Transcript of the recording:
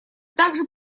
также